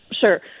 Sure